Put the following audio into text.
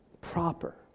proper